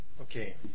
Okay